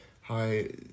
hi